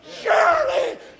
surely